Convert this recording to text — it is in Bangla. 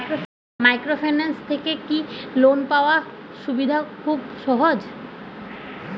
মাইক্রোফিন্যান্স থেকে কি লোন পাওয়ার সুবিধা খুব সহজ?